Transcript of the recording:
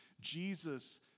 Jesus